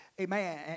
Amen